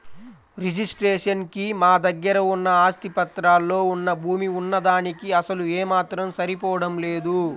registration కి మా దగ్గర ఉన్న ఆస్తి పత్రాల్లో వున్న భూమి వున్న దానికీ అసలు ఏమాత్రం సరిపోడం లేదు